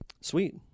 Sweet